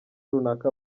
runaka